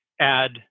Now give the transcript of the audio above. add